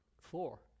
Four